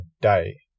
day